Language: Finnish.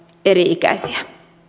eri ikäisiä